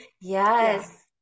Yes